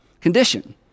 condition